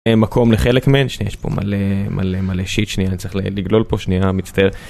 מקום לחלק מהם שיש פה מלא מלא מלא שיט שנייה אני צריך לגלול פה שניה מצטער.